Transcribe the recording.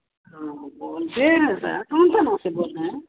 किए हैं सर कौन सा भाषा बोल रहे हैं